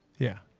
yeah.